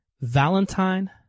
Valentine